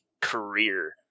career